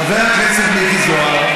חבר הכנסת מיקי זוהר,